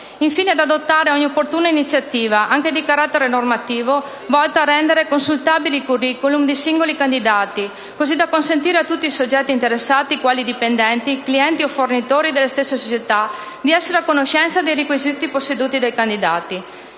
infine, ad adottare ogni opportuna iniziativa, anche di carattere normativo, volta a rendere consultabili i *curricula* dei singoli candidati, così da consentire a tutti i soggetti interessati, quali dipendenti, clienti e fornitori delle stesse società, di essere a conoscenza dei requisiti posseduti dai candidati.